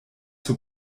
zur